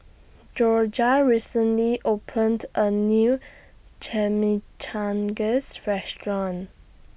Jorja recently opened A New Chimichangas Restaurant